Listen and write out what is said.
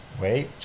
Wait